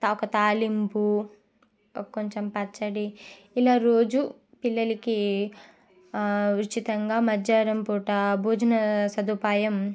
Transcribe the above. తాక తాళింపు కొంచెం పచ్చడి ఇలా రోజు పిల్లలకి ఉచితంగా మధ్యాహ్నం పూట భోజన సదుపాయం